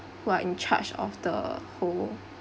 who are in charge of the whole